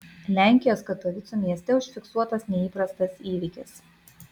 lenkijos katovicų mieste užfiksuotas neįprastas įvykis